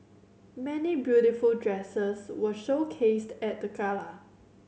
many beautiful dresses were showcased at the gala